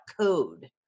code